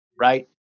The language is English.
right